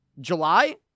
July